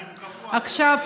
כבר אין לך צעיף שחור,